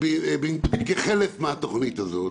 כחלק מהתוכנית הזאת.